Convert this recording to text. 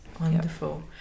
Wonderful